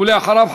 ואחריו,